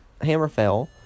Hammerfell